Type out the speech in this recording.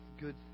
good